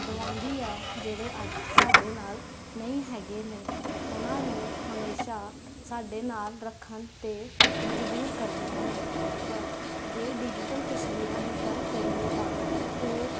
ਦਵਾਉਂਦੀ ਹੈ ਜਿਹੜੇ ਅੱਜ ਸਾਡੇ ਨਾਲ ਨਹੀਂ ਹੈਗੇ ਨੇ ਉਹਨਾਂ ਨੂੰ ਹਮੇਸ਼ਾ ਸਾਡੇ ਨਾਲ ਰੱਖਣ 'ਤੇ ਮਜਬੂਰ ਕਰਦੀਆਂ ਨੇ ਪਰ ਜੇ ਡਿਜੀਟਲ ਤਸਵੀਰਾਂ ਦੀ ਗੱਲ ਕਰੀਏ ਤਾਂ ਉਹ